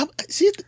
see